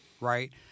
right